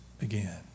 again